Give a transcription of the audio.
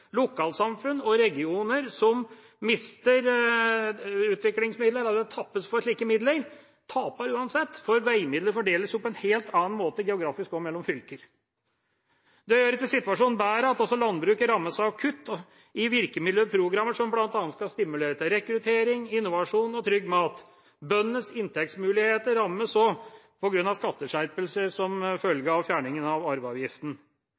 Lokalsamfunn og regioner som mister utviklingsmidler, eller tappes for slike midler, taper uansett, for veimidler fordeles jo på en helt annen måte – geografisk og mellom fylker. Det gjør ikke situasjonen bedre at også landbruket rammes av kutt i virkemidler og programmer som bl.a. skal stimulere til rekruttering, innovasjon og trygg mat. Bøndenes inntektsmuligheter rammes også på grunn av skatteskjerpelser som følge av fjerningen av arveavgiften.